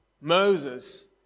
Moses